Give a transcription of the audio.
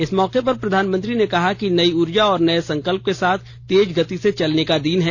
इस मौके पर प्रधानमंत्री ने कहा कि नई ऊर्जा और नए संकल्प के साथ तेज गति से चलने का दिन है